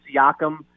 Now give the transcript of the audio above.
Siakam